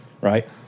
right